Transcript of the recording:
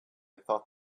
thought